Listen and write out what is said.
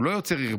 הוא לא יוצר ערבוב,